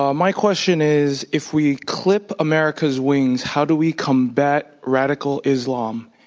um my question is, if we clip america's wings, how do we combat radical islam?